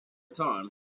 time